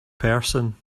person